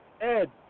Ed